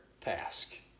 task